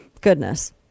Goodness